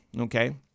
Okay